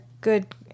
good